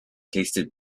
tasted